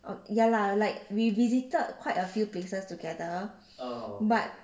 oh ya lah like we visited quite a few places together but